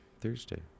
Thursday